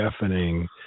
deafening